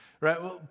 Right